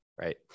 right